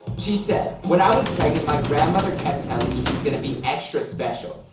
she said when i was pregnant, my grandmother kept telling me he is going to be extra special,